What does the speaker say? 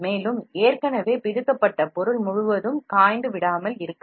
எனவே இது முதல் மற்றும் இது இரண்டாவது இந்த சக முதல் உலர்ந்தாள் ஒட்டுவது ஒரு பிரச்சனையாக இருக்கும்